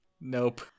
Nope